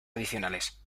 adicionales